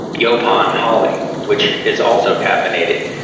yaupon holly, which is also caffeinated.